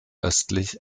östlich